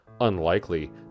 unlikely